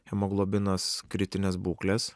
hemoglobinas kritinės būklės